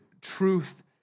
truth